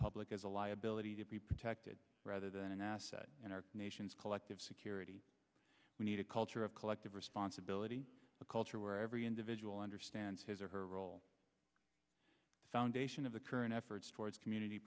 public as a liability to be protected rather than an asset in our nation's collective security we need a culture of collective responsibility a culture where every individual understands his or her role foundation of the current efforts towards community